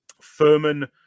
Furman